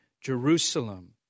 Jerusalem